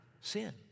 sin